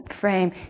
frame